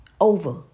Over